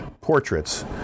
portraits